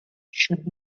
should